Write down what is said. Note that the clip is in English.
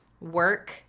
work